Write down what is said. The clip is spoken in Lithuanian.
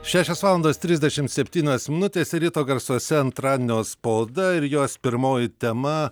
šešios valandos trisdešimt septynios minutės ir ryto garsuose antradienio spauda ir jos pirmoji tema